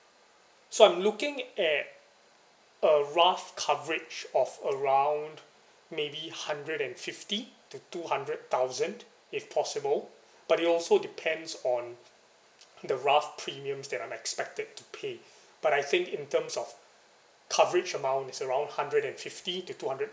so I'm looking at a rough coverage of around maybe hundred and fifty to two hundred thousand if possible but it also depends on the rough premiums that I'm expected to pay but I think in terms of coverage amount is around hundred and fifty to two hundred